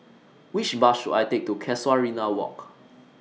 Which Bus should I Take to Casuarina Walk